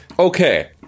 Okay